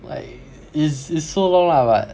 like it's it's so long lah but